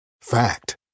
Fact